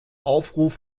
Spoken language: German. aufruf